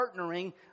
partnering